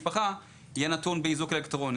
ההנחיה הזו מתווה,